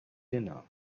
dinner